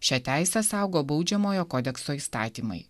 šią teisę saugo baudžiamojo kodekso įstatymai